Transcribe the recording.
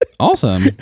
Awesome